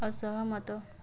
ଅସହମତ